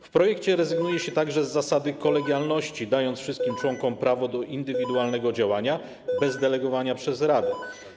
W projekcie rezygnuje się także z zasady kolegialności, dając wszystkim członkom prawo do indywidualnego działania bez konieczności delegowania przez radę.